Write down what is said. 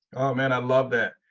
man, i love that.